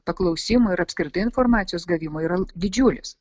paklausimų ir apskritai informacijos gavimo yra didžiulis